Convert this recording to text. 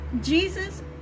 Jesus